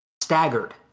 staggered